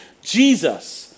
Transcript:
Jesus